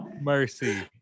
Mercy